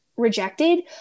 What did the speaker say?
Rejected